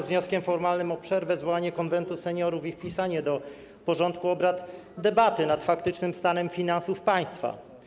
Z wnioskiem formalnym o przerwę, zwołanie Konwentu Seniorów i wpisanie do porządku obrad debaty nad faktycznym stanem finansów państwa.